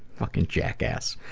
fucking jackass.